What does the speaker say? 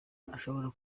ashobora